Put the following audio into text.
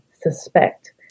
suspect